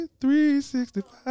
365